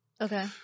Okay